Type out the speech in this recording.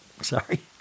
Sorry